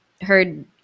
heard